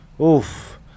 Oof